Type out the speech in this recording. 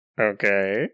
Okay